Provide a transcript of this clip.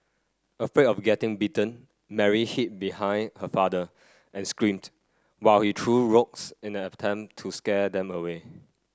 afraid of getting bitten Mary hid behind her father and screamed while he threw rocks in an attempt to scare them away